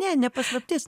ne paslaptis